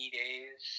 days